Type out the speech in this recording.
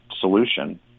solution